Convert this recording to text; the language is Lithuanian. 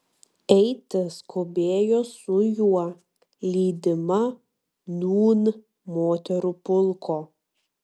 eiti skubėjo su juo lydima nūn moterų pulko